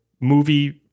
movie